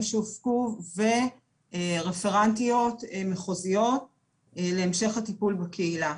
שהופקו ורפרנטיות מחוזיות להמשך הטיפול בקהילה.